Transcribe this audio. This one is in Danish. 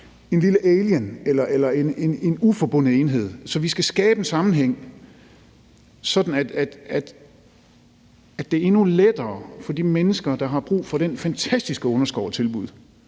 en lille alien eller uforbundet enhed. Vi skal skabe den sammenhæng, sådan at det bliver endnu lettere for de mennesker, der har brug for den fantastiske underskov af tilbud,